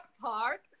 park